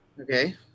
Okay